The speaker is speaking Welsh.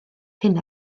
hyn